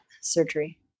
surgery